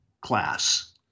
class